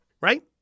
Right